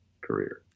career